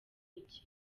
iki